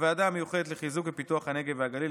בוועדה המיוחדת לחיזוק ופיתוח הנגב והגליל